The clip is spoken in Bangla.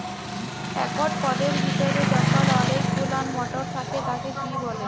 একট পদের ভিতরে যখল অলেক গুলান মটর থ্যাকে তাকে পি ব্যলে